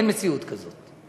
אין מציאות כזאת.